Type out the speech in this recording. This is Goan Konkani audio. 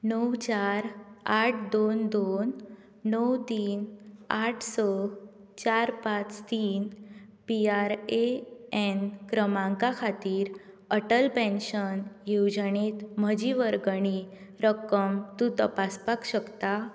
णव चार आठ दोन दोन णव तीन आठ स चार पाच तीन पीआरएएन क्रमांका खातीर अटल पेन्शन येवजणेंत म्हजी वर्गणी रक्कम तूं तपासपाक शकता